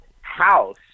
house